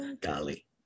Golly